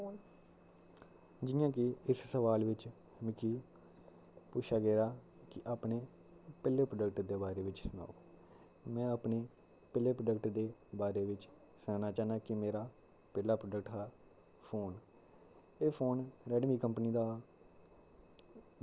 जियां की इस सवाल विच मिगी पुच्छेआ गेदा की अपने पैह्ले प्रोडक्ट दे बारे विच सनाओ में अपनी पैह्ले प्रोडक्ट दे बारे विच सनाना चाह्ना की मेरा पैह्ला प्रोडक्ट हा फोन एह् फोन रेडमी कंपनी दा हा